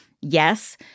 Yes